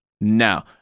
now